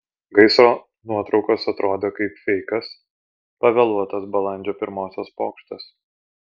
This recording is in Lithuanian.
gaisro nuotraukos atrodė kaip feikas pavėluotas balandžio pirmosios pokštas